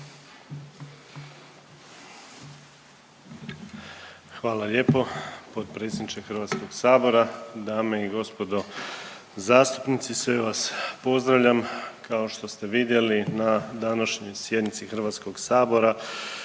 Hvala lijepo potpredsjedniče HS. Dame i gospodo zastupnici, sve vas pozdravljam, kao što ste vidjeli na današnjoj sjednici HS vama